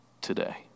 today